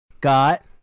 got